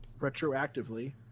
retroactively